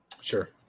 Sure